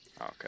Okay